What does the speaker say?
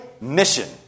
Mission